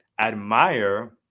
admire